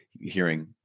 hearing